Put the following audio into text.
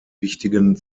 wichtigen